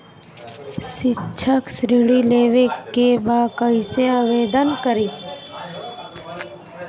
शैक्षिक ऋण लेवे के बा कईसे आवेदन करी?